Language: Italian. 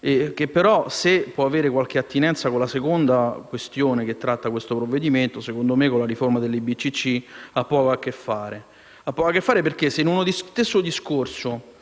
che però, se può avere qualche attinenza con la seconda questione che tratta questo provvedimento, secondo me con la riforma delle BCC ha poco a che fare. Se nello stesso discorso